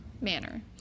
manner